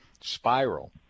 spiral